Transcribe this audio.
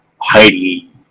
Heidi